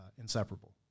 inseparable